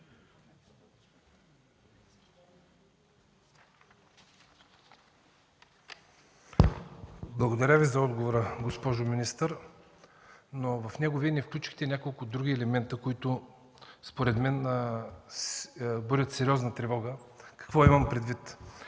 Благодаря Ви за отговора, госпожо министър. Но в него Вие не включихте няколко други елемента, които според мен будят сериозна тревога. Какво имам предвид?